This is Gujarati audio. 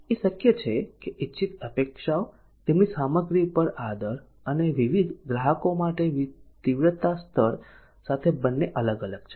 એ શક્ય છે કે ઇચ્છિત અપેક્ષાઓ તેમની સામગ્રી પર આદર અને વિવિધ ગ્રાહકો માટે તીવ્રતા સ્તર સાથે બંને અલગ અલગ છે